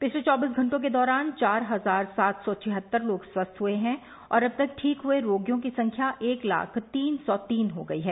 पिछले चौबीस घंटों के दौरान चार हजार सात सौ छिहत्तर लोग स्वस्थ हुए हैं और अब तक ठीक हुए रोगियों की संख्या एक लाख तीन सौ तीन हो गई है